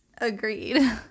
Agreed